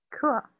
Cool